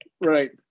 Right